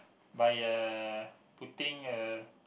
by uh putting a